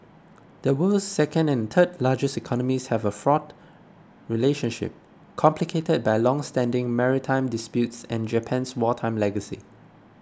the world's second and third largest economies have a fraught relationship complicated by longstanding maritime disputes and Japan's wartime legacy